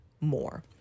more